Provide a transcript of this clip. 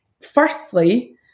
Firstly